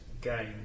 game